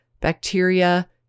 bacteria